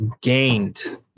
gained